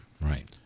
right